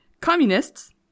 communists